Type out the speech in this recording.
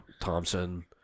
Thompson